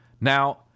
Now